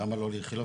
למה לא לאיכילוב?